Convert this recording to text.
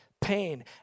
pain